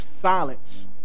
silence